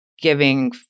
giving